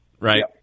right